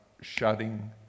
shutting